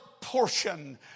portion